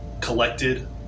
collected